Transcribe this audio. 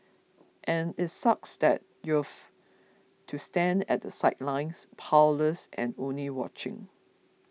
and it sucks that you've to stand at the sidelines powerless and only watching